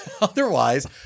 otherwise